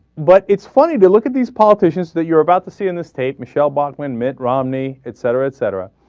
but it's funny to look at these politicians that you're about to see in the state michelle bachman mit romney etcetera etcetera